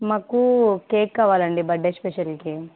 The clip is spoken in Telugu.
మాకు కేక్ కావాలండి బర్త్డే స్పెషల్కి